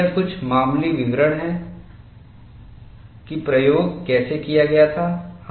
ये कुछ मामूली विवरण हैं कि प्रयोग कैसे किया गया था